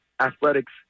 athletics